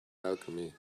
alchemy